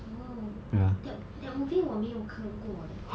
oh that that movie 我没有看过 leh